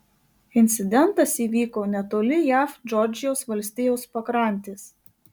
incidentas įvyko netoli jav džordžijos valstijos pakrantės